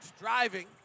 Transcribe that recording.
driving